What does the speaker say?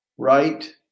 right